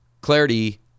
Clarity